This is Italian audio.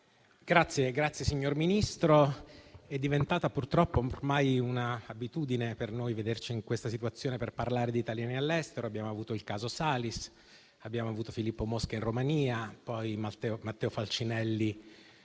la ringrazio. È diventata purtroppo ormai una abitudine per noi vederci in questa situazione per parlare di italiani all'estero. Abbiamo avuto il caso Salis, quelli di Filippo Mosca in Romania e Matteo Falcinelli